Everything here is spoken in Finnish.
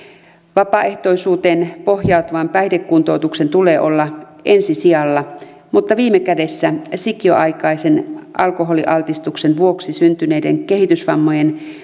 vapaaehtoisuuteen pohjautuvan päihdekuntoutuksen tulee olla ensi sijalla mutta viime kädessä sikiöaikaisen alkoholialtistuksen vuoksi syntyneiden kehitysvammojen